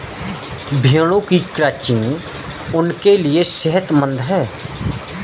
भेड़ों की क्रचिंग उनके लिए सेहतमंद है